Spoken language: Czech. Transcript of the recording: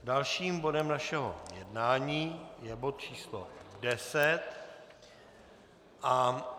Dalším bodem našeho jednání je bod číslo 10.